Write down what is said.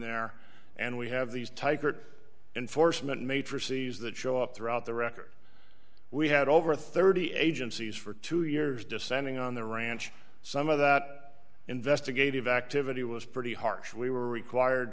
there and we have these tygart enforcement major cities that show up throughout the record we had over thirty agencies for two years descending on the ranch some of that investigative activity was pretty harsh we were required